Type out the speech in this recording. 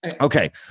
Okay